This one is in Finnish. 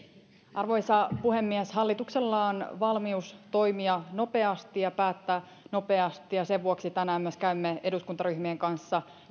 arvoisa puhemies hallituksella on valmius toimia nopeasti ja päättää nopeasti ja sen vuoksi tänään myös käymme eduskuntaryhmien kanssa